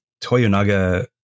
Toyonaga